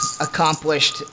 accomplished